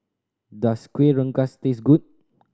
does Kuih Rengas taste good